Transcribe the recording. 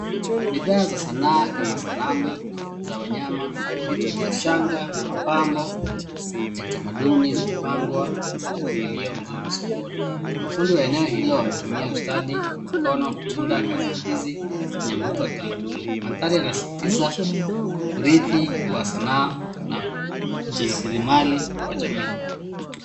Bidhaa za sanaa kama sanamu za wanyama, vitu vya shanga na mapambo ya kitamaduni zimepangwa kwa mpangilio mzuri sokoni. Mafundi wa eneo hilo wametumia ustadi wa mikono kuunda kazi hize enye mvuto wa kitamaduni. Manthari yanasisitiza urithi wa sanaa na jasirimali wa jamii.